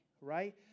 right